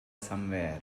somewhere